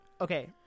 Okay